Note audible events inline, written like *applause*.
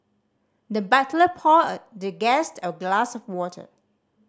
the butler poured *unintelligible* the guest a glass of water